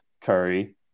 Curry